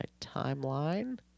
timeline